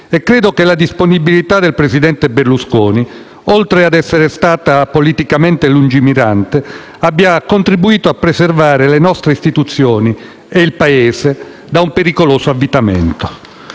E credo che la disponibilità del presidente Berlusconi, oltre a essere stata politicamente lungimirante, abbia contribuito a preservare le nostre istituzioni e il Paese da un pericoloso avvitamento.